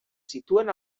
situen